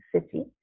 city